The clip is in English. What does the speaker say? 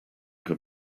can